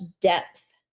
depth